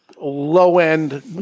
low-end